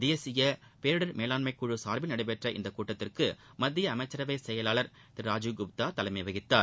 தேசிய பேரிடர் மேலாண்மை குழு சார்பில் நடைபெற்ற இந்தக் கூட்டத்திற்கு மத்திய அமைச்சரவை செயலாளர் திரு ராஜீவ் குப்தா தலைமை வகித்தார்